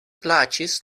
plaĉis